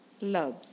loves